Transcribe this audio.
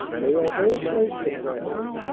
they are very close to france.